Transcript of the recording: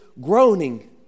groaning